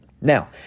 Now